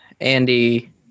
Andy